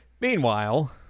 Meanwhile